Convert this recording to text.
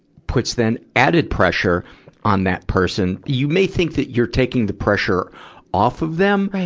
puts then added pressure on that person. you may think that you're taking the pressure off of them,